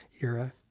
era